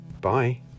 bye